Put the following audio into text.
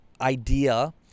idea